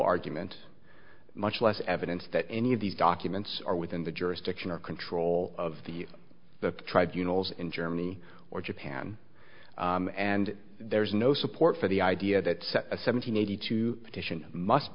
argument much less evidence that any of these documents are within the jurisdiction or control of the of the tribunals in germany or japan and there's no support for the idea that says a seven hundred eighty two petition must